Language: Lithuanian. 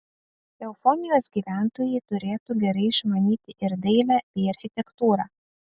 eufonijos gyventojai turėtų gerai išmanyti ir dailę bei architektūrą